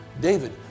David